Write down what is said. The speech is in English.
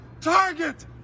target